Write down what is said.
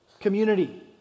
community